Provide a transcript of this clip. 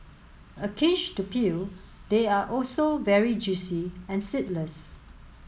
a cinch to peel they are also very juicy and seedless